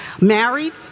married